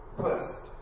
first